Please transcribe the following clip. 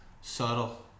Subtle